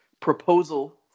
proposal